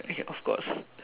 ya of course